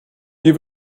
wir